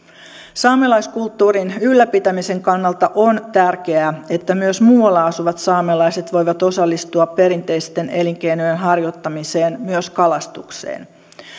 saamelaiskulttuurin ylläpitämisen kannalta on tärkeää että myös muualla asuvat saamelaiset voivat osallistua perinteisten elinkeinojen harjoittamiseen myös kalastukseen